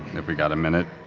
if we've got a minute.